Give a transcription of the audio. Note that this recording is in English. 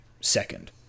second